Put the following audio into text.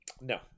no